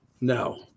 no